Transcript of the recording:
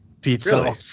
Pizza